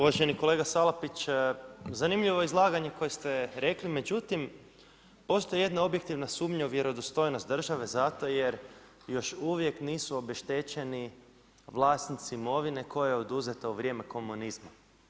Uvaženi kolega Salapić, zanimljivo izlaganje koje ste rekli, međutim, postoji jedna objektivna sumnja u vjerodostojnost države, zato jer još uvijek nisu obeštećeni vlasnici imovine koja je oduzeta u vrijeme komunizma.